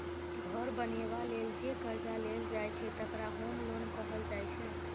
घर बनेबा लेल जे करजा लेल जाइ छै तकरा होम लोन कहल जाइ छै